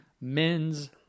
men's